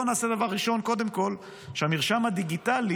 בואו נעשה דבר ראשון שקודם כול המרשם הדיגיטלי